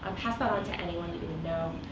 um pass that on to anyone that you and know.